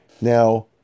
Now